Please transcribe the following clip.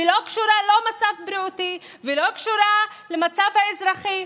ולא קשורה לא למצב בריאותי ולא למצב האזרחי,